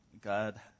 God